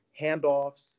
handoffs